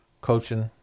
coaching